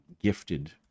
gifted